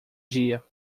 dia